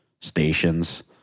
stations